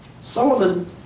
Solomon